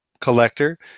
collector